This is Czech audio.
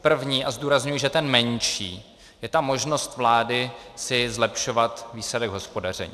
První, a zdůrazňuji, že ten menší, je ta možnost vlády si zlepšovat výsledek hospodaření.